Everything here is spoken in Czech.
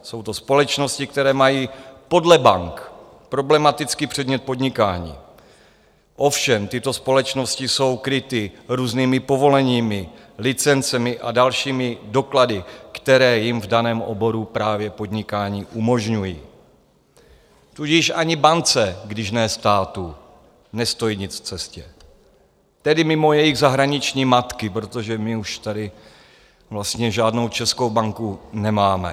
Jsou to společnosti, které mají podle bank problematický předmět podnikání, ovšem tyto společnosti jsou kryty různými povoleními, licencemi a dalšími doklady, které jim v daném oboru právě podnikání umožňují, tudíž ani bance, když ne státu, nestojí nic v cestě, tedy mimo jejich zahraniční matky, protože my už tady vlastně žádnou českou banku nemáme.